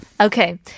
Okay